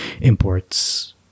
imports